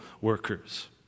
workers